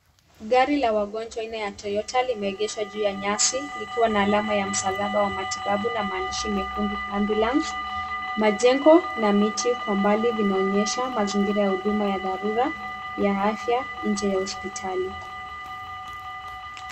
Gari la wagonjwa aina ya toyota limeegeshwa juu ya nyasi likiwa na alama ya msalaba wa kimatibabu na maandishi mekundu Ambulance, majengo na miti kwa mbali vinaonyesha mazingira ya huduma ya dharura ya afya nje ya hospitali.